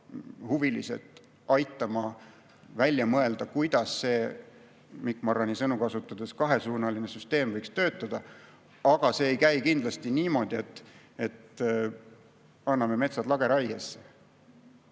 et aidata välja mõelda, kuidas see, Mikk Marrani sõnu kasutades, kahesuunaline süsteem võiks töötada. Aga see ei käi kindlasti niimoodi, et anname metsad lageraiesse.